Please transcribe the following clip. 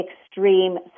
extreme